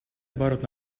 оборот